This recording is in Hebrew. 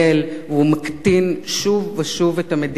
הוא מקטין שוב ושוב את תקציב המדינה,